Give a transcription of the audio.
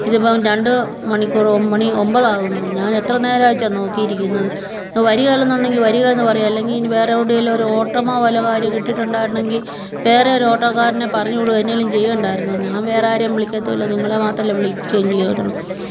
ഇതിപ്പം രണ്ട് മണിക്കൂർ മണി ഒൻപതാകുന്നു ഞാൻ എത്ര നേരായിച്ചാ നോക്കിയിരിക്കുന്നത് എന്നാ വരികേലന്നുണ്ടെങ്കിൽ വരികേലന്ന് പറയാ അല്ലെങ്കിൽ വേറെ എവിടേലും ഒരോട്ടമോ വല്ല കാര്യ കിട്ടീട്ടൊണ്ടായിരുന്നെങ്കിൽ വേറെ ഒരോട്ടോക്കാരനെ പറഞ്ഞ് വിടുവോ എന്തേലും ചെയ്യാണ്ടായിരുന്നോ ഞാൻ വേറെ ആരേം വിളിക്കത്തൂല്ല നിങ്ങളെ മാത്രല്ലേ വിളിക്യേം ചെയ്യത്തൊള്ളു